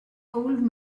old